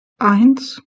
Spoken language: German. eins